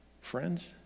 friends